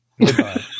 Goodbye